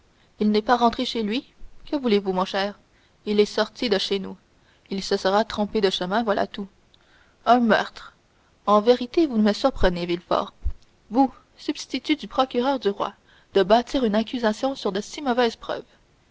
il n'est pas rentré chez lui que voulez-vous mon cher il est sorti de chez nous il se sera trompé de chemin voilà tout un meurtre en vérité vous me surprenez villefort vous substitut du procureur du roi de bâtir une accusation sur de si mauvaises preuves